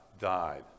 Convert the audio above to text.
died